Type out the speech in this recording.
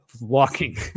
walking